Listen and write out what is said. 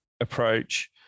approach